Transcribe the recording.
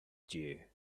due